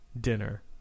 dinner